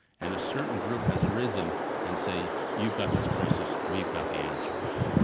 and a certain group has arisen and say, you've got this crisis, we've got the answers.